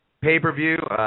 pay-per-view